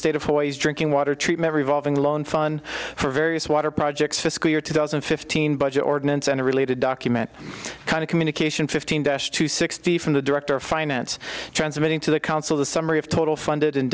state of hawaii's drinking water treatment revolving loan fund for various water projects fiscal year two thousand and fifteen budget ordinance and related document kind of communication fifteen dash to sixty from the director of finance transmitting to the council the summary of total funded in